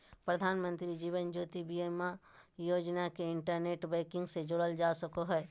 प्रधानमंत्री जीवन ज्योति बीमा योजना के internet banking से जोड़ल जा सको हय